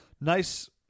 nice